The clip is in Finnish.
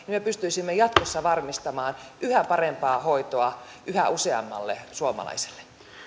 me me pystyisimme jatkossa varmistamaan yhä parempaa hoitoa yhä useammalle suomalaiselle